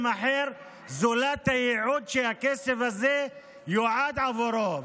אחר זולת הייעוד שהכסף הזה יועד עבורו.